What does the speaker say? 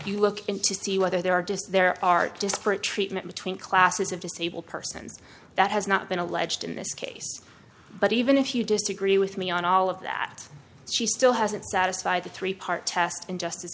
you look into see whether there are just there are disparate treatment between classes of disabled persons that has not been alleged in this case but even if you disagree with me on all of that she still hasn't satisfied the three part test in justice